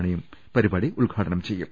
മണിയും പരിപാടി ഉദ്ഘാടനം ചെയ്യും